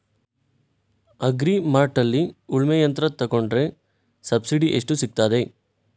Agri ಮಾರ್ಟ್ನಲ್ಲಿ ಉಳ್ಮೆ ಯಂತ್ರ ತೆಕೊಂಡ್ರೆ ಸಬ್ಸಿಡಿ ಎಷ್ಟು ಸಿಕ್ತಾದೆ?